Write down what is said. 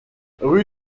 rue